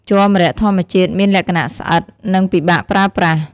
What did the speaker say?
ជ័រម្រ័ក្សធម្មជាតិមានលក្ខណៈស្អិត និងពិបាកប្រើប្រាស់។